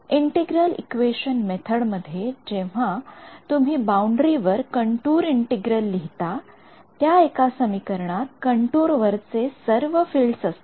integral equation method मध्ये जेव्हा तुम्ही बाउंडरी वर कंटूर इंटेग्रल लिहिता त्या एका समीकरणात कंटूर वरचे सर्व फिल्ड्स असतात